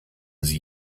sie